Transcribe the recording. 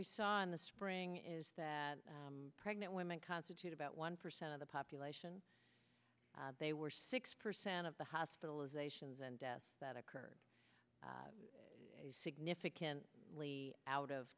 we saw in the spring is that pregnant women constitute about one percent of the population they were six percent of the hospitalizations and deaths that occurred significant really out of